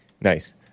Nice